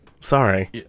Sorry